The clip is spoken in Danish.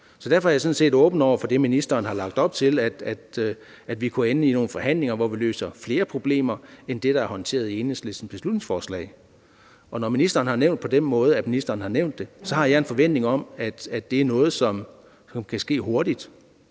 jeg sådan set åben over for det, ministeren har lagt op til, nemlig at vi kunne ende med at få nogle forhandlinger, hvor vi løser flere problemer end det, der er håndteret i Enhedslistens beslutningsforslag, og når ministeren har nævnt det på den måde, han har gjort, så har jeg en forventning om, at det er noget, som kan ske hurtigt.